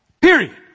Period